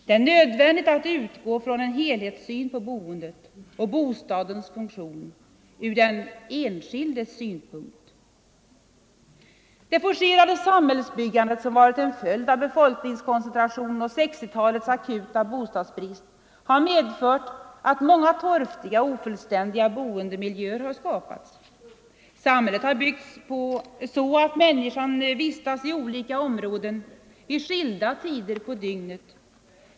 Det är därför nödvändigt att utgå från en helhetssyn på boendet och bostadens funktion från den enskildes synpunkt. Det forcerade samhällsbyggandet, som varit en följd av befolkningskoncentrationen och 1960-talets akuta bostadsbrist, har medfört att många torftiga och ofullständiga boendemiljöer skapats. Samhället har byggts så att människan vistas i olika områden vid särskilda tider på dygnet.